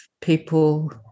people